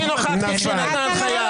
אני נכחתי כשהיא נתנה הנחיה.